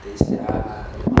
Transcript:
it's